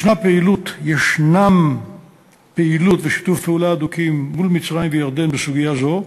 יש פעילות ושיתוף פעולה הדוקים מול מצרים וירדן בסוגיה זו,